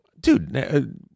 dude